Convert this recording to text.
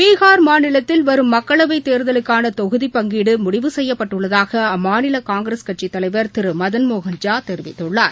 பீஹார் மாநிலத்தில் வரும் மக்களவைத் தேர்தலுக்காள தொகுதிப் பங்கீடு முடிவு செய்யப்பட்டுள்ளதாக அம்மாநில காங்கிரஸ் கட்சித் தலைவர் திரு மதன்மோகன் ஜா தெரிவித்துள்ளார்